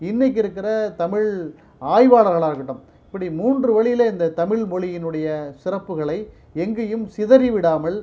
இன்னக்கு இருக்கிற தமிழ் ஆய்வாளர்களாக இருக்கட்டும் இப்படி மூன்று வழியில் இந்த தமிழ்மொழியினுடைய சிறப்புகளை எங்கேயும் சிதறிவிடாமல்